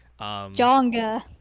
Jonga